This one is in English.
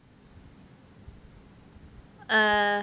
uh